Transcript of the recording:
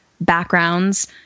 backgrounds